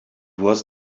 was